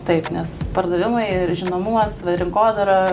taip nes pardavimai ir žinomumas va rinkodara